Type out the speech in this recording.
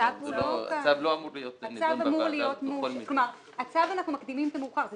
אנחנו מקדימים את המאוחר.